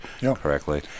correctly